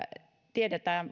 tiedetään